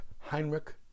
Heinrich